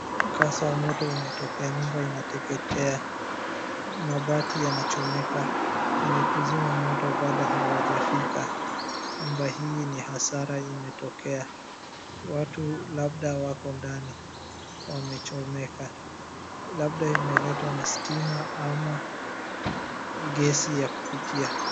Mkasa wa moto umetokea, nyumba inateketea, mabati yanachomeka, wenye kuzima moto bado hawajafika, nyumba hii ni hasara imetokea, watu labda wako ndani wamechomeka, labda imeletwa na stima ama gesi ya kupikia.